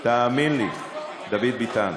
תאמין לי, דוד ביטן,